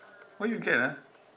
where you get ah